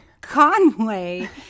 Conway